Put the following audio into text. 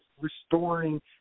restoring